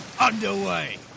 underway